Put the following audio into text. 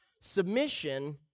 Submission